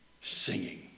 singing